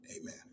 Amen